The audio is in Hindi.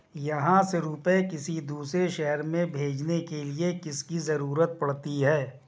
यहाँ से रुपये किसी दूसरे शहर में भेजने के लिए किसकी जरूरत पड़ती है?